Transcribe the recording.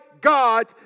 God